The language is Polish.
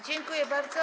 Dziękuję bardzo.